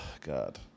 god